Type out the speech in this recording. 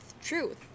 truth